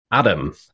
Adam